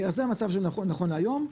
זה המצב נכון להיום.